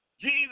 Jesus